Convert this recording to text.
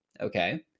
Okay